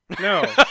No